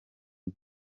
iki